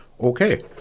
okay